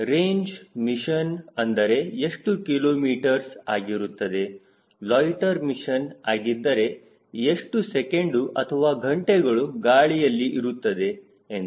range mission ಅಂದರೆ ಎಷ್ಟು kilometres ಆಗಿರುತ್ತದೆ ಲೊಯ್ಟ್ಟೆರ್ ಮಿಷನ್ ಆಗಿದ್ದರೆ ಎಷ್ಟು ಸೆಕೆಂಡು ಅಥವಾ ಗಂಟೆಗಳು ಗಾಳಿಯಲ್ಲಿ ಇರುತ್ತದೆ ಎಂದು